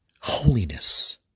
Holiness